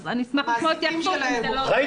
אז אני אשמח לשמוע התייחסות --- המעסיקים שלהם מוחרגים.